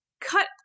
cut